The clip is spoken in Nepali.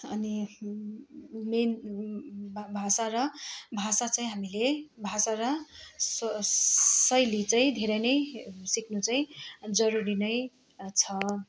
अनि मेन भा भाषा र भाषा चाहिँ हामीले भाषा र स शैली चाहिँ धेरै नै सिक्नु चाहिँ जरुरी नै छ